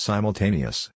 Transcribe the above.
Simultaneous